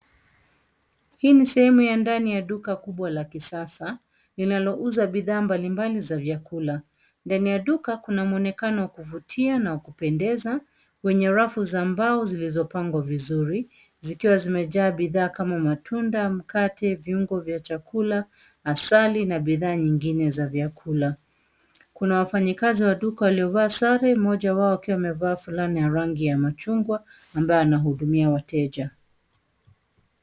Hii ni sehemu ya ndani ya duka kubwa la kisasa, linalouza bidhaa mbalimbali za vyakula. Ndani ya duka kuna muonekano wa kuvutia na kupendeza kwenye rafu za mbao zilizopangwa vizuru zikiwa zimejaa bidhaa kama matunda, mkate, viungo vya chakula, asali na bidhaa nyingine za vyakula. Kuna wafanyikazi wa duka waliovaa sare, mmoja wao akiwa amevaa fulana ya rangi ya machungwa ambaye anahudumia wateja.